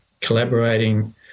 collaborating